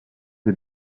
des